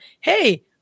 hey